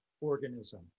Organism